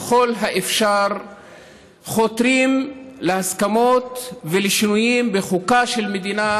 ככל האפשר חותרים להסכמות ולשינויים בחוקה של מדינה